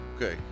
Okay